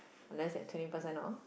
unless you get twenty percent off